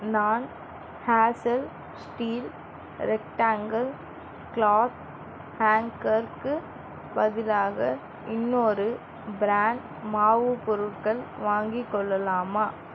நான் Hazel steel rectangle cloth ஹேங்கருக்கு பதிலாக இன்னொரு பிராண்ட் மாவு பொருட்கள் வாங்கிக் கொள்ளலாமா